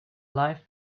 life